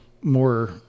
more